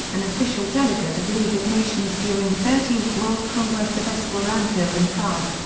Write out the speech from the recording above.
an official delegate of league of nations during the thirteenth world congress of esperanto in prague.